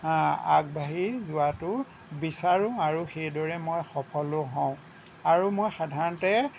আগবাঢ়ি যোৱাটো বিচাৰোঁ আৰু সেইদৰে মই সফলো হওঁ আৰু মই সাধাৰণতে